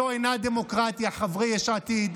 זו אינה דמוקרטיה, חברי יש עתיד.